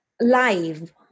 live